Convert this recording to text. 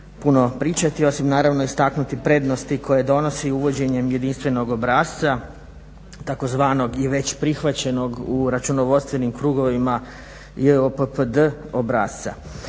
puno pričati, osim naravno istaknuti prednosti koje donosi uvođenjem jedinstvenog obrasca tzv. i već prihvaćenog u računovodstvenim krugovima JOPPD obrasca.